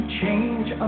change